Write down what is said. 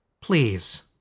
Please